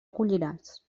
colliràs